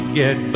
get